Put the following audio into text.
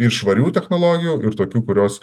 ir švarių technologijų ir tokių kurios